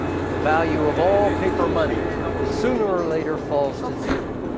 but the value of all paper money sooner or later falls to zero.